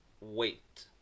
wait